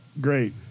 Great